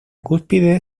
cúspide